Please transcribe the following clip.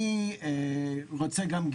אני רוצה גם,